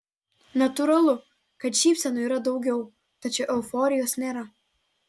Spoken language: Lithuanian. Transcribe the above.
natūralu kad šypsenų yra daugiau tačiau euforijos nėra